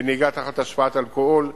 בנהיגה תחת השפעת אלכוהול,